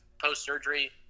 post-surgery